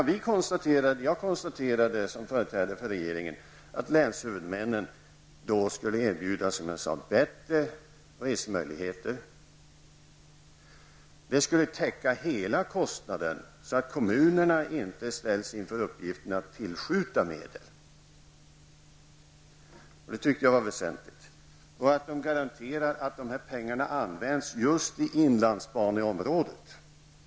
Som företrädare för regeringen har jag konstaterat att länshuvudmännen därmed skulle erbjudas bättre resmöjligheter. Hela kostnaden skulle täckas, så att kommunerna inte ställs inför uppgiften att tillskjuta medel. Jag tyckte att detta var väsentligt. Det garanteras att pengarna används inom just inlandsbaneområdet.